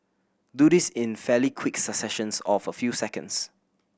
do this in fairly quick successions of a few seconds